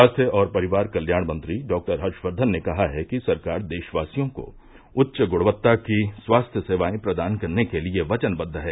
स्वास्थ्य और परिवार कल्याण मंत्री डॉ हर्षवर्घन ने कहा है कि सरकार देशवासियों को उच्च गुणक्ता की स्वास्थ्य सेवाएं प्रदान करने के लिए वचनबद्व है